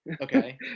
Okay